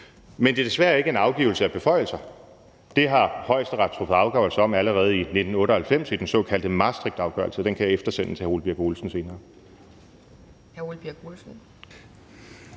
men det er desværre ikke en afgivelse af beføjelser. Det har Højesteret truffet afgørelse om allerede i 1998 i den såkaldte Maastrichtafgørelse. Den kan jeg eftersende til hr. Ole Birk Olesen senere.